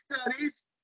studies